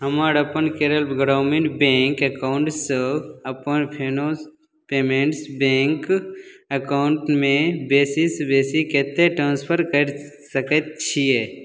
हमर अपन केरल ग्रामीण बैँक एकाउन्टसँ अपन फिनो पेमेन्ट्स बैँक एकाउन्टमे बेसीसँ बेसी कतेक ट्रान्सफर करि सकै छिए